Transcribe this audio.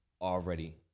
already